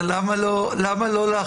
אבל למה לא להכניס?